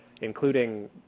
including